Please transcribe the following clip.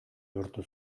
lortu